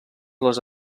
les